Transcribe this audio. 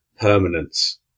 permanence